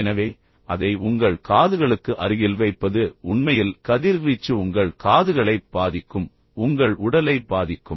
எனவே அதை உங்கள் காதுகளுக்கு அருகில் வைப்பது உண்மையில் கதிர்வீச்சு உங்கள் காதுகளை பாதிக்கும் உங்கள் உடலை பாதிக்கும்